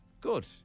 good